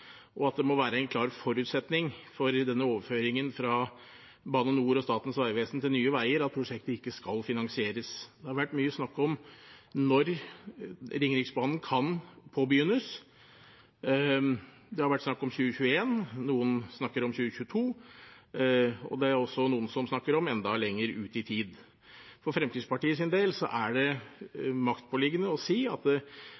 og at det må være en klar forutsetning for overføringen fra Bane NOR og Statens vegvesen til Nye Veier at prosjektet skal finansieres. Det har vært mye snakk om når Ringeriksbanen kan påbegynnes. Det har vært snakk om 2021. Noen snakker om 2022, og det er også noen som snakker om enda lenger fram i tid. For Fremskrittspartiets del er det maktpåliggende å si at dette prosjektet må startes så snart som mulig. Det